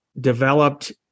developed